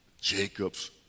Jacob's